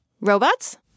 Robots